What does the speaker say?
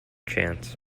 chants